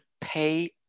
pay